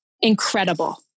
Incredible